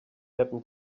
happen